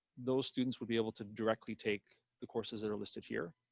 those students will be able to directly take the courses that are listed here.